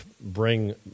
bring